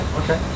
okay